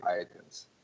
items